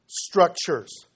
structures